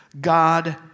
God